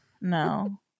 No